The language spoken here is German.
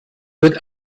wird